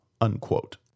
unquote